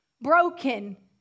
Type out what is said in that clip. Broken